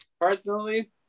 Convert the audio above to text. personally